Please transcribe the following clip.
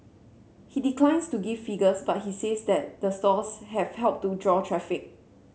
he declines to give figures but he says that the stores have helped to draw traffic